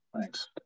Thanks